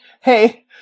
hey